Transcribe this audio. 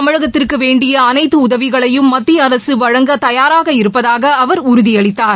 தமிழகத்திற்கு வேண்டிய அனைத்து உதவிகளையும் மத்திய அரசு வழங்க தயாராக இருப்பதாக அவர் உறுதியளித்தார்